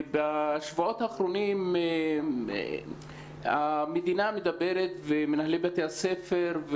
בשבועות האחרונים המדינה מדברת על זה וגם מנהלי בתי הספר.